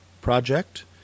project